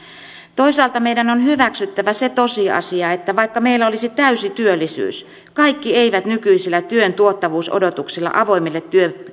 toisaalta meidän on hyväksyttävä se tosiasia että vaikka meillä olisi täysi työllisyys kaikki eivät nykyisillä työn tuottavuusodotuksilla